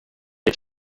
its